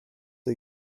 are